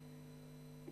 כל